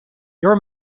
your